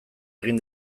egin